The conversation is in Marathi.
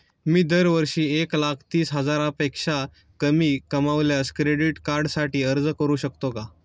मी दरवर्षी एक लाख तीस हजारापेक्षा कमी कमावल्यास क्रेडिट कार्डसाठी अर्ज करू शकतो का?